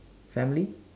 family